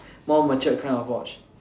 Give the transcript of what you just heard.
more mature kind of watch